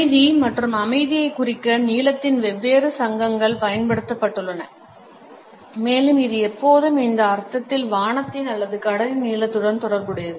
அமைதி மற்றும் அமைதியைக் குறிக்க நீலத்தின் வெவ்வேறு சங்கங்கள் பயன்படுத்தப்பட்டுள்ளன மேலும் இது எப்போதும் இந்த அர்த்தத்தில் வானத்தின் அல்லது கடலின் நீலத்துடன் தொடர்புடையது